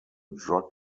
drug